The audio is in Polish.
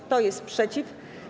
Kto jest przeciw?